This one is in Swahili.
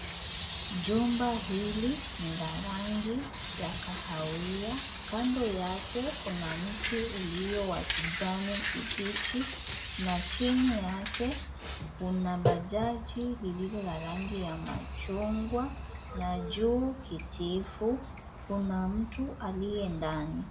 Jumba hili ni la rangi ya kahawia, kando yake kuna mti ulio wa kijani kibichi na chini yake kuna bajaji lililo la rangi ya machungwa na juu kijivu. Kuna mtu aliye ndani.